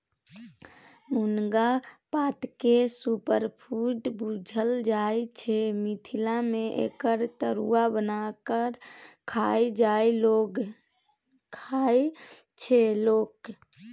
मुनगा पातकेँ सुपरफुड बुझल जाइ छै मिथिला मे एकर तरुआ बना कए खाइ छै लोक